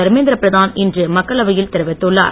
தர்மேந்திர பிரதான் இன்று மக்களவையில் தெரிவித்துள்ளார்